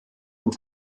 und